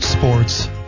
Sports